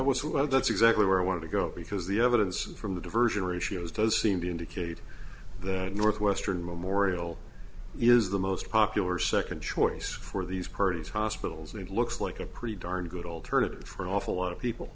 of that's exactly where i want to go because the evidence from the diversion ratios does seem to indicate that northwestern memorial is the most popular second choice for these parties hospitals and it looks like a pretty darn good alternative for an awful lot of people